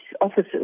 officers